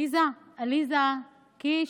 עליזה, עליזה, קיש.